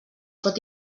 pot